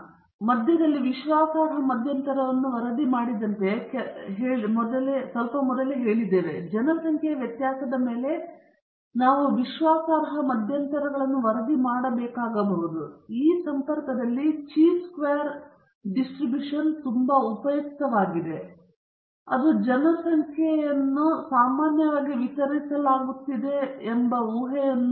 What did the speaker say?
ನಾವು ಮಧ್ಯದಲ್ಲಿ ವಿಶ್ವಾಸಾರ್ಹ ಮಧ್ಯಂತರವನ್ನು ವರದಿ ಮಾಡಿದಂತೆಯೇ ಕೆಲವೇ ನಿಮಿಷಗಳ ಹಿಂದೆ ನಾವು ನೋಡಿದ್ದೇವೆ ಜನಸಂಖ್ಯೆಯ ವ್ಯತ್ಯಾಸದ ಮೇಲೆ ನಾವು ವಿಶ್ವಾಸಾರ್ಹ ಮಧ್ಯಂತರಗಳನ್ನು ವರದಿ ಮಾಡಬೇಕಾಗಬಹುದು ಮತ್ತು ಈ ಸಂಪರ್ಕದಲ್ಲಿ ಚಿ ಚದರ ವಿತರಣೆ ತುಂಬಾ ಉಪಯುಕ್ತವಾಗಿದೆ ಮತ್ತು ಮತ್ತೆ ಅದು ಆಧರಿಸಿದೆ ಜನಸಂಖ್ಯೆಯನ್ನು ಸಾಮಾನ್ಯವಾಗಿ ವಿತರಿಸಲಾಗುತ್ತದೆ ಎಂಬ ಊಹೆ